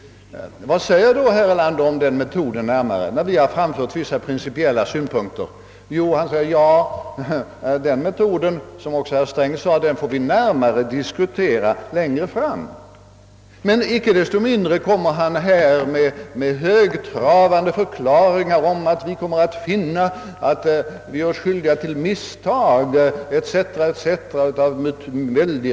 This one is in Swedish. Vad säger då herr Erlander om denna metod, när vi framfört vissa principiella synpunkter? Jo, han säger — och herr Sträng sade det också att metoden får vi närmare diskutera längre fram. Men inte desto mindre avger herr Erlander nu högtravande förklaringar om att vi en gång kommer att finna att vi gör oss skyldiga till misstag av väldig räckvidd.